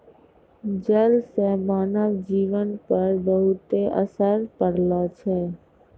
जल से मानव जीवन पर बहुते असर पड़लो छै